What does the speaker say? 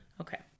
Okay